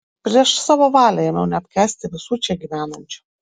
prieš savo valią ėmiau neapkęsti visų čia gyvenančių